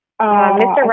Mr